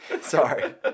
Sorry